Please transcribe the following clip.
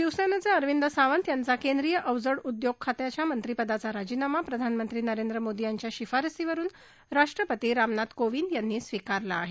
शिवसेनेचे अरविंद सावंत यांचा केंद्रीय अवजड उद्योग खात्याच्या मंत्रिपदाचा राजीनामा प्रधानमंत्री नरेंद्र मोदी यांच्या शिफारशीवरुन राष्ट्रपती रामनाथ कोविंद यांनी स्वीकारला आहे